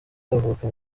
avuka